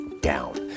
down